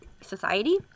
society